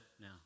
now